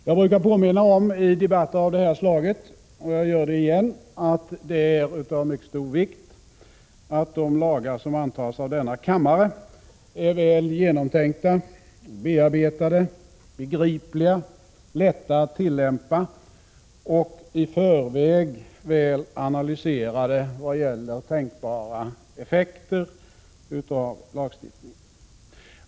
Jag brukar påminna om i debatter av detta slag, och jag gör det igen, att det är av mycket stor vikt att de lagar som antas av denna kammare är väl genomtänkta, bearbetade, begripliga, lätta att tillämpa och i förväg väl analyserade vad gäller tänkbara effekter.